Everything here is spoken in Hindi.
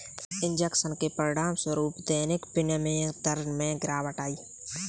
इंजेक्शन के परिणामस्वरूप दैनिक विनिमय दर में गिरावट आई